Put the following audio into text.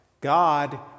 God